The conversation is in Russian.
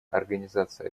организация